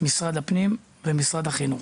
משרד הפנים ומשרד החינוך.